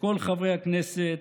לכל חברי הכנסת,